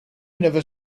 never